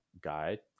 guide